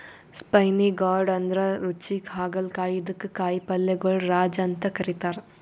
spiny gourd ಅಂದ್ರ ರುಚಿ ಹಾಗಲಕಾಯಿ ಇದಕ್ಕ್ ಕಾಯಿಪಲ್ಯಗೊಳ್ ರಾಜ ಅಂತ್ ಕರಿತಾರ್